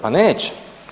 Pa neće.